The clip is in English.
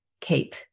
keep